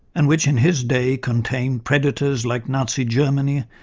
and which in his day contained predators like nazi germany,